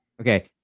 Okay